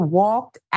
walked